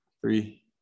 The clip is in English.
three